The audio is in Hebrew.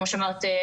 כמו שאמרת,